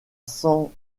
san